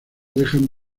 dejan